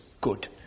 good